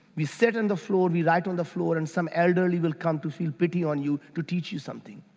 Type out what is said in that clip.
we sat on the floor. we write on the floor and some elderly will come to feel pity on you to teach you something